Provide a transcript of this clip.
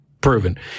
proven